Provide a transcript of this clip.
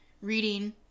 reading